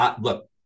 look